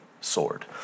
sword